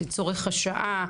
לצורך השעה,